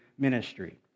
Ministry